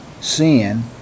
sin